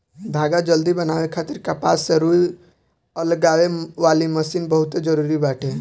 धागा जल्दी बनावे खातिर कपास से रुई अलगावे वाली मशीन बहुते जरूरी बाटे